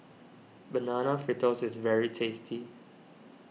Banana Fritters is very tasty